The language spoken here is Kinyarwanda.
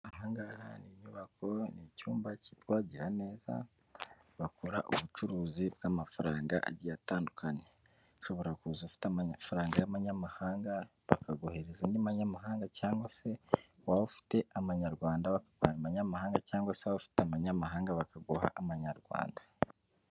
Ahangaha ni inyubako ni icyumba cyitwa giraneza, bakora ubucuruzi bw'amafaranga agiye atandukanye. Ushobora kuza ufite amafaranga y'amanyamahanga bakaguhereza andi manyamahanga, cyangwa se waba ufite amanyarwanda bakaguhereza amanyamahanga, cyangwa se waba ufite amanyamahanga bakaguha amanyarwanda.